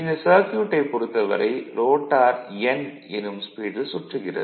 இந்த சர்க்யூட்டைப் பொறுத்தவரை ரோட்டார் n எனும் ஸ்பீடில் சுற்றுகிறது